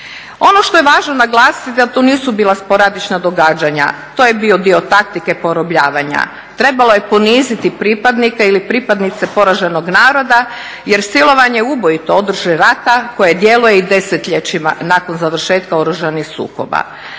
Ono što je važno naglasiti da to nisu bila sporadična događanja, to je bio dio taktike porobljavanja. Trebalo je poniziti pripadnike ili pripadnice poraženog naroda jer silovanje je ubojito oružje rata koje djeluje i desetljećima nakon završetka oružanih sukoba.